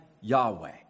Yahweh